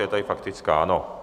Je tady faktická, ano.